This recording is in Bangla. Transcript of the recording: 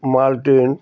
মাল্টিন